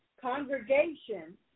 Congregation